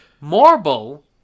Marble